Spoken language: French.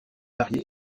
marié